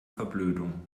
verblödung